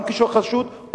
גם כשהוא חשוד,